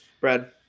Brad